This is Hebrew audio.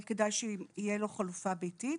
אבל כדאי שיהיה לו חלופה ביתית,